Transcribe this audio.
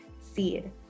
Seed